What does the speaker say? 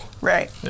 right